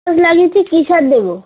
গাছ লাগিয়েছি কী সার দেবো